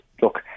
look